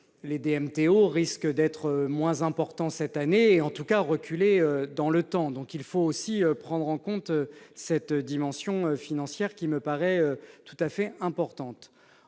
(DMTO) risquent d'être moins importants cette année et, en tout cas, de reculer dans le temps. Il faut donc aussi prendre en compte cette dimension financière, qui me paraît tout à fait importante.